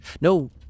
No